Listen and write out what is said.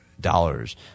dollars